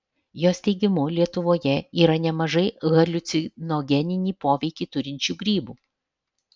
jos teigimu lietuvoje yra nemažai haliucinogeninį poveikį turinčių grybų